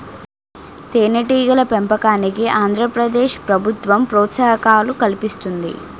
తేనెటీగల పెంపకానికి ఆంధ్ర ప్రదేశ్ ప్రభుత్వం ప్రోత్సాహకాలు కల్పిస్తుంది